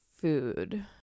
food